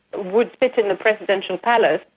would sit in the presidential palace,